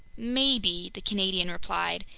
maybe, the canadian replied,